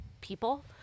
people